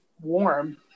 warm